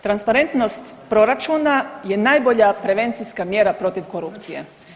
Transparentnost proračuna je najbolja prevencijska mjera protiv korupcije.